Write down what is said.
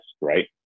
Right